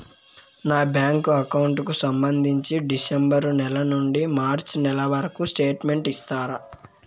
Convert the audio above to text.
నా bank account కు సంబంధించి డిసెంబరు నెల నుండి మార్చి నెలవరకు స్టేట్మెంట్ ఇస్తారా?